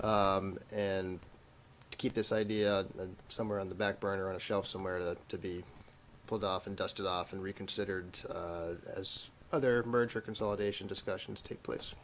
and keep this idea somewhere on the back burner on a shelf somewhere to be pulled off and dusted off and reconsidered as other merger consolidation discussions take place